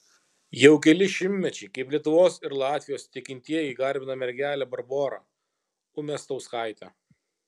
jau keli šimtmečiai kaip lietuvos ir latvijos tikintieji garbina mergelę barborą umiastauskaitę